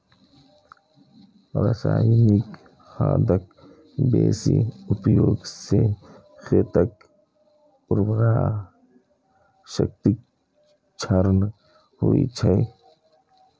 रासायनिक खादक बेसी उपयोग सं खेतक उर्वरा शक्तिक क्षरण होइ छै